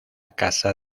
casa